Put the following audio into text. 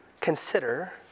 consider